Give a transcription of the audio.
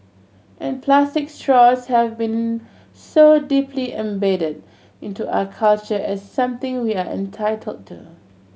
and plastic straws have been so deeply embedded into our culture as something we are entitled to